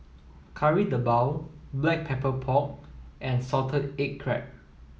Kari Debal black pepper pork and salted egg crab